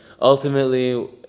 ultimately